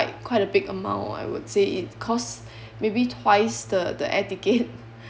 quite quite a big amount I would say it cost maybe twice the the air ticket